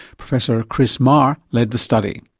professor chris maher led the study.